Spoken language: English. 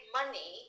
money